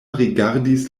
rigardis